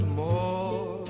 more